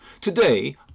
Today